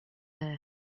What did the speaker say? air